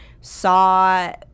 saw